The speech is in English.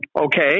Okay